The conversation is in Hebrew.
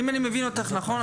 אם אני מבין אותך נכון,